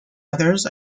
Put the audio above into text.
others